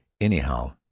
Anyhow